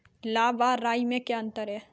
लाह व राई में क्या अंतर है?